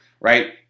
Right